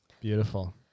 Beautiful